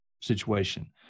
situation